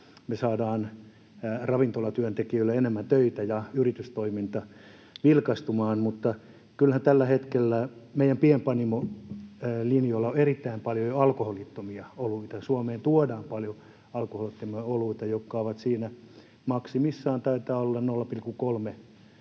me saadaan ravintolatyöntekijöille enemmän töitä ja yritystoiminta vilkastumaan. Kyllähän jo tällä hetkellä meidän pienpanimolinjoilla on erittäin paljon alkoholittomia oluita. Suomeen tuodaan paljon alkoholittomia oluita, jotka ovat maksimissaan,